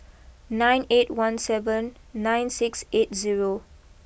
nine eight one seven nine six eight zero